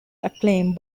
acclaim